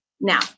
Now